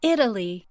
Italy